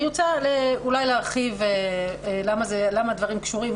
אני רוצה אולי להרחיב למה הדברים קשורים,